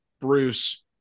Bruce